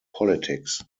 politics